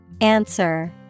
Answer